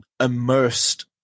immersed